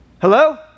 Hello